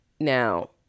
Now